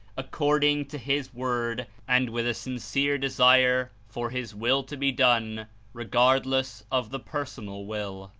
according to his word, and with a sincere desire for his will to be done regardless of the personal will.